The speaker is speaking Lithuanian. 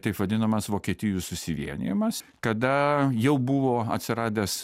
taip vadinamas vokietijų susivienijimas kada jau buvo atsiradęs